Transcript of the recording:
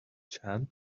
چند